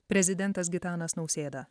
prezidentas gitanas nausėda